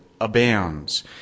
abounds